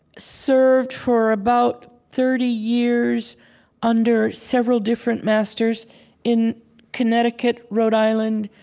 served for about thirty years under several different masters in connecticut, rhode island,